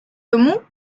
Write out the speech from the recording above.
тому